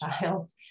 child